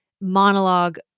monologue